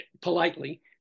politely